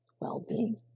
well-being